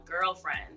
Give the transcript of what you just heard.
girlfriends